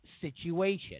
situation